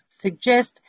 suggest